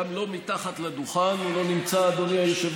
גם לא מתחת לדוכן, הוא לא נמצא, אדוני היושב-ראש.